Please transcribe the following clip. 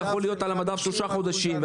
למשל המוצר יכול להיות על המדף שלושה חודשים.